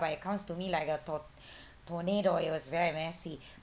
but it comes to me like a tor~ tornado it was very messy